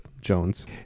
Jones